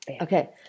Okay